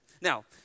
Now